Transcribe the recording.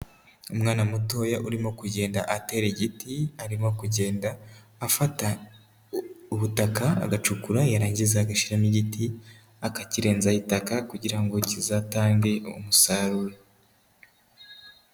Umwana mutoya urimo kugenda atera igiti ,arimo kugenda afata ubutaka agacukura yarangiza agashyiramo igiti, akakirenzaho itaka kugira ngo kizatange umusaruro.